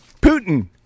Putin